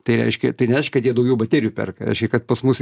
tai reiškia tai nereiškia kad jie daugiau baterijų per reišia kad pas mus